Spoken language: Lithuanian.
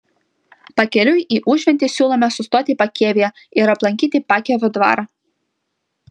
pakeliui į užventį siūlome sustoti pakėvyje ir aplankyti pakėvio dvarą